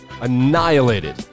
annihilated